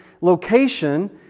location